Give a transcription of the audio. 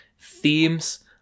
themes